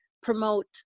promote